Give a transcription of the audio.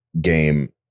game